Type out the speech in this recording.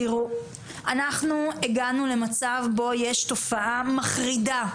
אנחנו הגענו למצב בו יש תופעה מחרידה,